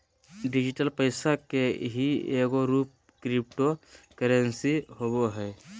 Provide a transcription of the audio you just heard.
digital पैसा के ही एगो रूप क्रिप्टो करेंसी होवो हइ